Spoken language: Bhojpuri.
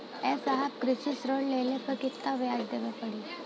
ए साहब कृषि ऋण लेहले पर कितना ब्याज देवे पणी?